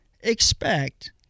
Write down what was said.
expect